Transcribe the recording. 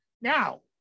Now